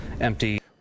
empty